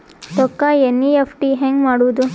ರೊಕ್ಕ ಎನ್.ಇ.ಎಫ್.ಟಿ ಹ್ಯಾಂಗ್ ಮಾಡುವುದು?